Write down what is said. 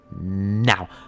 Now